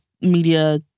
media